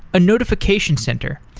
a notification center,